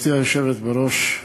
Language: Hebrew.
גברתי היושבת בראש,